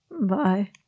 Bye